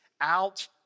out